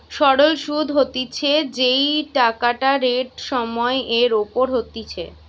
সরল সুধ হতিছে যেই টাকাটা রেট সময় এর ওপর হতিছে